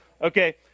Okay